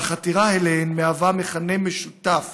והחתירה אליהן מהווה מכנה משותף